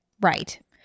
Right